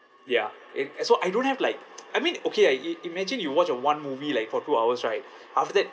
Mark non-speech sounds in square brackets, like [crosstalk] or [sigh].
ya and so I don't have like [noise] I mean okay ah i~ imagine you watch a one movie like for two hours right after that